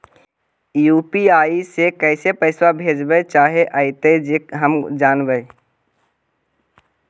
UPI से कैसे पैसा भेजबय चाहें अइतय जे हम जानबय?